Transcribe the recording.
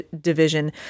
division